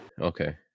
okay